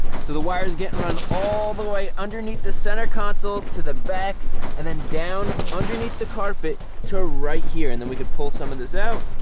so the wires getting run all the way underneath the center console to the back and then down underneath the carpet to right here and then we could pull some of this out.